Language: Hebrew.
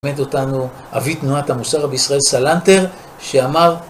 לימד אותנו אבי תנועת המוסר בישראל סלנטר שאמר